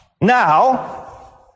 Now